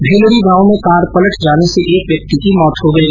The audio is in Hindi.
भीलडी गांव में कार पलट जाने से एक व्यक्ति की मौत हो गई